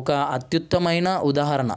ఒక అత్యుత్తమయిన ఉదాహరణ